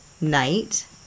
night